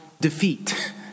defeat